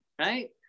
right